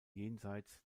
jenseits